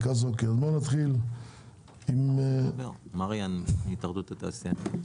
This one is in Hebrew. בואו נתחיל עם מריאן כהן.